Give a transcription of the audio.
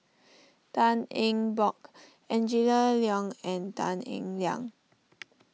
Tan Eng Bock Angela Liong and Tan Eng Liang